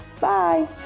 Bye